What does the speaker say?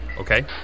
Okay